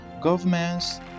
governments